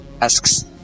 asks